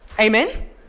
Amen